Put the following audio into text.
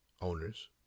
owners